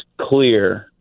clear